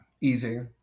Easy